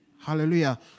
Hallelujah